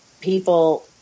people